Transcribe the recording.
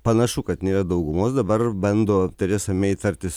panašu kad nėra daugumos dabar bando teresa mei tartis